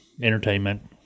entertainment